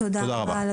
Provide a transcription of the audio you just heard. רבה.